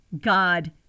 God